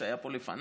שהיה פה לפניי,